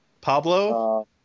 Pablo